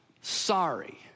sorry